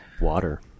water